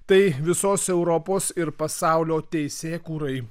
tai visos europos ir pasaulio teisėkūrai